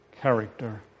character